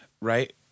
right